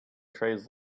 trays